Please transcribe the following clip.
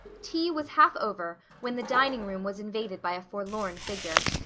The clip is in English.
tea was half over when the dining room was invaded by a forlorn figure.